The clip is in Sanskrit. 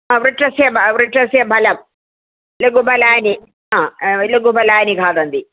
वृक्षस्य वृक्षस्य बलं लघुबलानि लघुबलानि खादन्ति